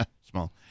small